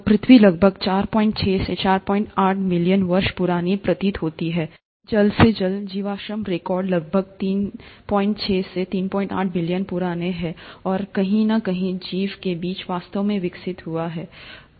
तो पृथ्वी लगभग 46 से 48 बिलियन वर्ष पुरानी प्रतीत होती है जल्द से जल्द जीवाश्म रिकॉर्ड लगभग 36 से 38 बिलियन वर्ष पुराने हैं और कहीं न कहीं जीवन के बीच वास्तव में विकसित हुआ है